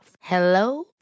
Hello